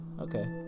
Okay